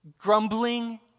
Grumbling